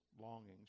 longings